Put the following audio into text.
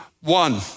one